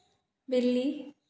बिल्ली